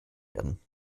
werden